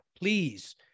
Please